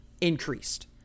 increased